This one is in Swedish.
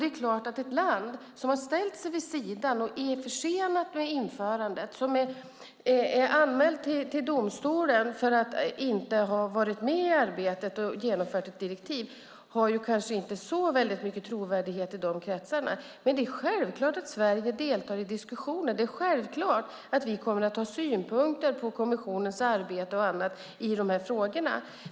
Det är klart att ett land som har ställt sig vid sidan, som är försenat med införandet och som är anmält till domstolen för att inte ha varit med i arbetet och genomfört ett direktiv kanske inte har så väldigt mycket trovärdighet i de kretsarna. Men det är självklart att Sverige deltar i diskussionerna. Det är självklart att vi kommer att ha synpunkter på kommissionens arbete i de här frågorna.